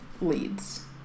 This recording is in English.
leads